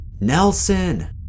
Nelson